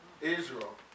Israel